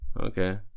Okay